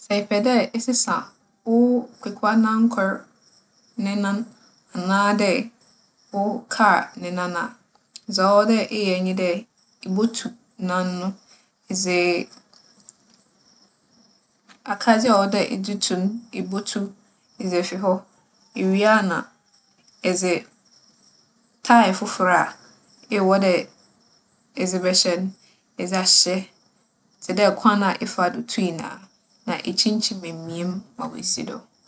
Sɛ epɛ dɛ esesa wo kwekuanankor ne nan anaadɛ wo kaar ne nan a, dza ͻwͻ dɛ eyɛ nye dɛ; Ibotu nan no. Edze akadze a ͻwͻ dɛ edze tu no, ibotu edze efi hͻ. Iwie a na edze taae fofor a ewͻ dɛ edze bɛhyɛ no edze ahyɛ tse dɛ kwan a efaa do tui noara, na ekyinkyim emia mu ma oeesi do.